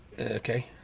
Okay